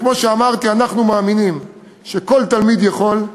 וכמו שאמרתי, אנחנו מאמינים שכל תלמיד יכול,